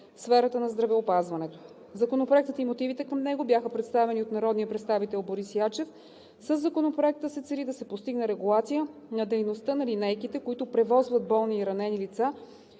сферата на здравеопазването. Законопроектът и мотивите към него бяха представени от народния представител Борис Ячев. Със Законопроекта се цели да се постигне регулация на дейността на линейките, които превозват болни и ранени лица